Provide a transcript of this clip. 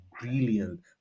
brilliant